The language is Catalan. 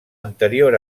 anterior